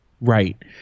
Right